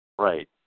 Right